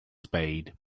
spade